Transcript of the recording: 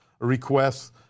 requests